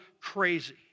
crazy